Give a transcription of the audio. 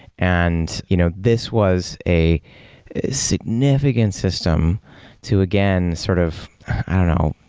and you know this was a significant system to, again, sort of i don't know,